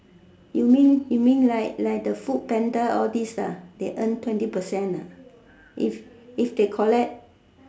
you mean you mean like like the foodpanda all these ah they earn twenty percent ah if if they collect